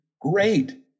Great